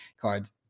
cards